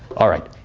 alright,